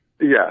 Yes